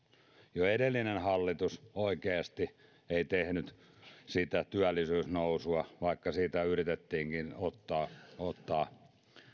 jo edellinen hallitus ei oikeasti tehnyt sitä työllisyysnousua vaikka siitä yritettiinkin ottaa ottaa